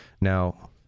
now